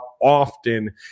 often